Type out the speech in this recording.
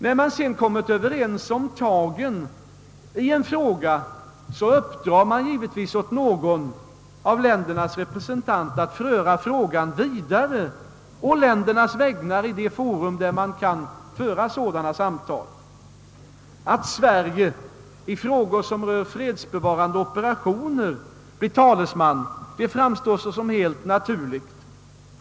När man sedan kommit överens om taktiken i en fråga, uppdrar man givetvis åt någon av ländernas representanter att föra frågan vidare å ländernas vägnar i det forum där man kan föra sådana samtal. Att Sverige i frågor rörande fredsbevarande operationer blir talesman, det framstår som helt naturligt.